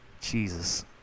Jesus